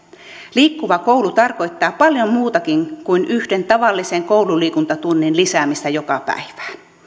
liikkuva koulu tarkoittaa paljon muutakin kuin yhden tavallisen koululiikuntatunnin lisäämistä joka päivään